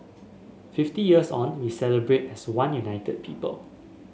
fifty years on we celebrate as one united people